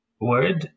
word